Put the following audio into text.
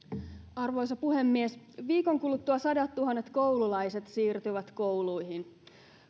arvoisa puhemies viikon kuluttua sadattuhannet koululaiset siirtyvät kouluihin